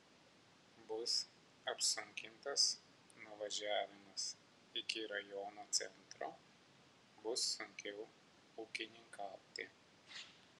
bus apsunkintas nuvažiavimas iki rajono centro bus sunkiau ūkininkauti